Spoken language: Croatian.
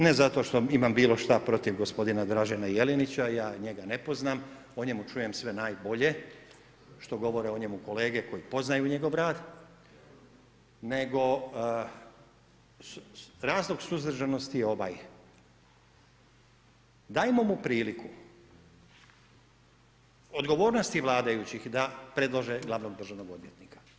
Ne zato što imam bilo šta protiv gospodina Dražena Jelinića, ja njega ne poznam, o njemu čujem sve najbolje što govore o njemu kolege koje poznaju njegov rad, nego razlog suzdržanosti je ovaj, dajmo mu priliku, odgovornost je vladajućih da predlože glavnog državnog odvjetnika.